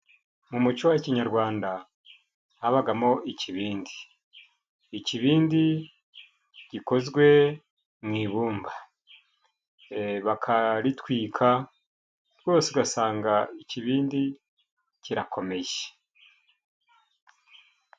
Mu muco wa kinyarwanda habagamo ikibindi, ikibindi gikozwe mu ibumba bakaritwika, hose ugasanga ikibindi kirakomeye.